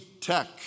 Tech